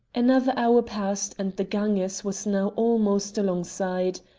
another hour passed, and the ganges was now almost alongside.